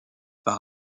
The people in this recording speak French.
par